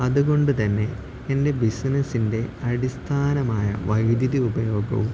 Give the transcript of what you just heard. അതുകൊണ്ട് തന്നെ എൻ്റെ ബിസിനസ്സിൻ്റെ അടിസ്ഥാനമായ വൈദ്യുതി ഉപയോഗവും